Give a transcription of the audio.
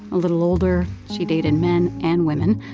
a little older, she dated men and women.